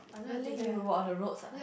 really you were on the roads ah